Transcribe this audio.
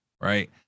right